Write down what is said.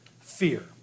fear